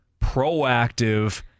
proactive